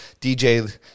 DJ